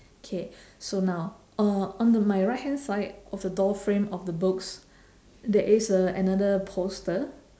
K so now uh on the my right hand side of the door frame of the books there is a another poster